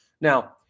Now